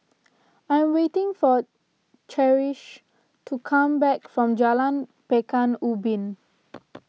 I am waiting for Cherish to come back from Jalan Pekan Ubin